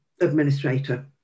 administrator